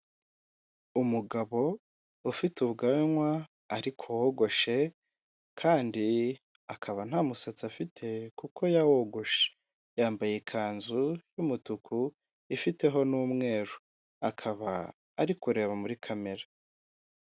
Abagore benshi n'abagabo benshi bicaye ku ntebe bari mu nama batumbiriye imbere yabo bafite amazi yo kunywa ndetse n'ibindi bintu byo kunywa imbere yabo hari amamashini ndetse hari n'indangururamajwi zibafasha kumvikana.